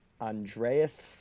Andreas